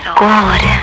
good